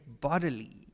bodily